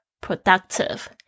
Productive